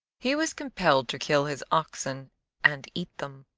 he was compelled to kill his oxen and eat them.